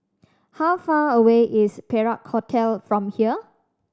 how far away is Perak Hotel from here